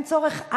אין צורך.